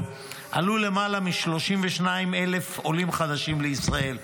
עלו למעלה מ-32,000 עולים חדשים לישראל.